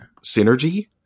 synergy